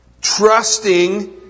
trusting